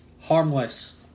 harmless